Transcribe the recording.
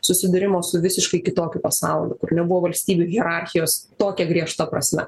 susidūrimo su visiškai kitokiu pasauliu kur nebuvo valstybių hierarchijos tokia griežta prasme